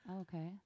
Okay